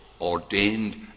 ordained